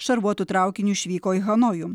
šarvuotu traukiniu išvyko į hanojų